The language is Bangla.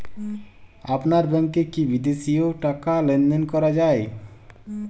আপনার ব্যাংকে কী বিদেশিও টাকা লেনদেন করা যায়?